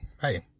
hey